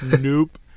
Nope